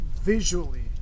visually